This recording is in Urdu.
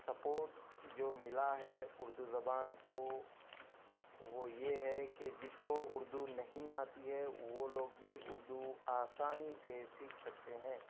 سپوٹ جو ملا ہے اردو زبان کو وہ یہ ہے کہ جس کو اردو نہیں آتی ہے وہ لوگ بھی اردو آسانی سے سیکھ سکتے ہیں